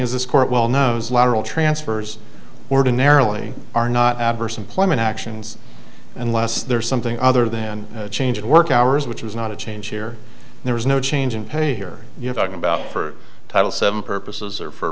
as this court well knows lateral transfers ordinarily are not adverse employment actions unless there is something other than a change in work hours which is not a change here there is no change in pay here you have talking about for title seven purposes or for